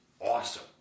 awesome